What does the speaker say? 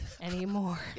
anymore